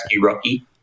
rookie